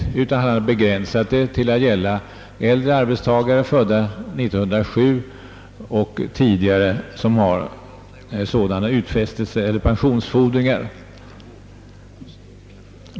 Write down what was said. Justitieministern har begränsat rätten till att gälla äldre arbetstagare, födda år 1907 och tidigare, som har sådana 'pensionsfordringar.